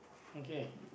okay